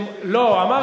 לא נקבתי בשמך.